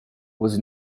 was